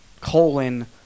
colon